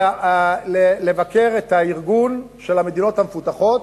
לביקור בארגון של המדינות המפותחות,